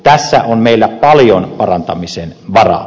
tässä on meillä paljon parantamisen varaa